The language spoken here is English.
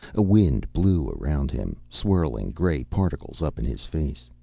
a wind blew around him, swirling gray particles up in his face.